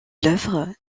l’œuvre